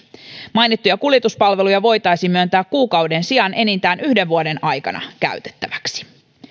mainittuja kuljetuspalveluja voitaisiin myöntää kuukauden sijaan enintään yhden vuoden aikana käytettäväksi